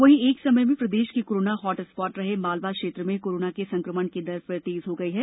वहीं एक समय में प्रदेश के कोरोना हॉट स्पॉट रहे मालवा क्षेत्र में कोरोना के संक्रमण की दर फिर तेज हो गई है